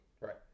right